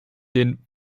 den